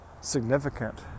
significant